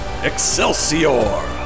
Excelsior